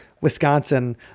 Wisconsin